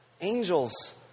Angels